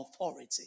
authority